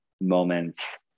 moments